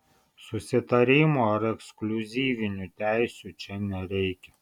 susitarimų ar ekskliuzyvinių teisių čia nereikia